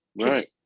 Right